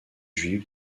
juif